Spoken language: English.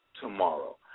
tomorrow